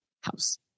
house